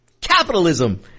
capitalism